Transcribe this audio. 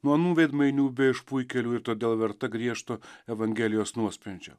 nuo anų veidmainių bei išpuikėlių ir todėl verta griežto evangelijos nuosprendžio